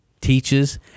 teaches